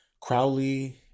Crowley